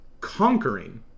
conquering